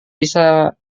bisa